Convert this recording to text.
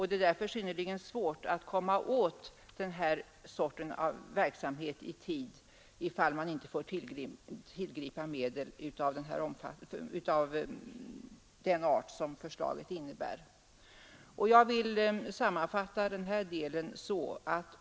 Det är därför synnerligen svårt att komma åt den här sortens verksamhet i tid ifall man inte får tillgripa medel utav den art som förslaget innebär. Jag vill sammanfatta den här delen så här.